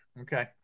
Okay